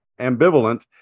ambivalent